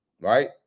Right